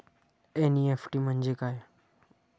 NEFT म्हणजे काय?